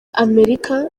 amerika